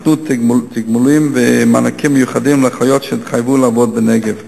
וניתנו תגמולים ומענקים מיוחדים לאחיות שהתחייבו לעבוד בנגב.